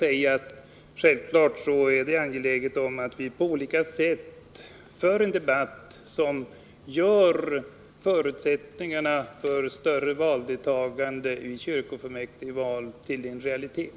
Det är självfallet angeläget att vi på olika sätt för en debatt som gör Om biljettpriserna förutsättningarna för ett större valdeltagande vid kyrkofullmäktigvalen till en på inrikesflyget realitet.